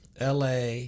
LA